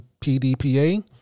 PDPA